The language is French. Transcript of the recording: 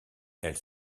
elle